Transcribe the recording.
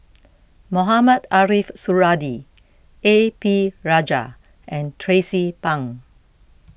Mohamed Ariff Suradi A P Rajah and Tracie Pang